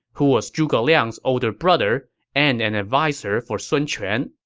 who was zhuge liang's older brother and an adviser for sun quan.